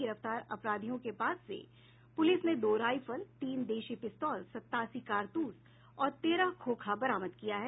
गिरफ्तार अपराधियों के पास से प्रलिस ने दो राइफल तीन देशी पिस्तौल सतासी कारतूस और तेरह खोखा बरामद किया है